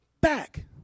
Back